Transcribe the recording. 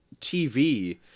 TV